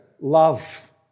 love